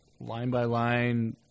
line-by-line